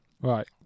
Right